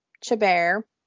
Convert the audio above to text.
chabert